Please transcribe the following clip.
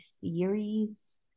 theories